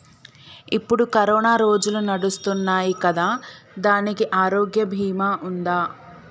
ఇప్పుడు కరోనా రోజులు నడుస్తున్నాయి కదా, దానికి ఆరోగ్య బీమా ఉందా?